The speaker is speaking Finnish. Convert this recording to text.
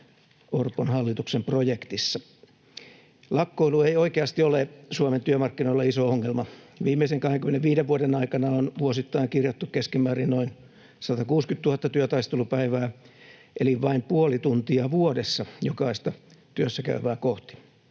Orpon hallituksen projektissa on pielessä. Lakkoilu ei oikeasti ole Suomen työmarkkinoilla iso ongelma. Viimeisen 25 vuoden aikana on vuosittain kirjattu keskimäärin noin 160 000 työtaistelupäivää, eli vain puoli tuntia vuodessa jokaista työssäkäyvää kohti,